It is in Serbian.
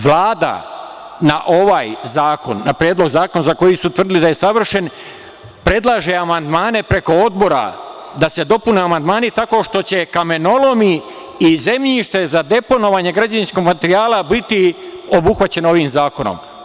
Vlada na ovaj predlog zakona za koji su tvrdili da je savršen predlaže amandmane preko odbora, da se dopune amandmani tako što će kamenolomi i zemljište za deponovanje građevinskog materijala biti obuhvaćeni ovim zakonom.